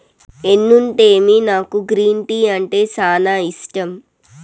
ఎన్నుంటేమి నాకు green tea అంటే సానా ఇష్టం